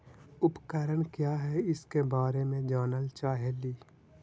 उपकरण क्या है इसके बारे मे जानल चाहेली?